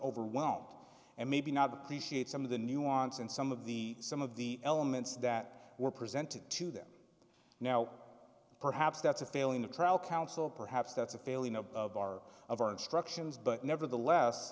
overwhelmed and maybe not appreciate some of the nuance and some of the some of the elements that were presented to them now perhaps that's a failing of trial counsel perhaps that's a failing of our of our instructions but nevertheless